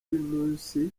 y’iminsi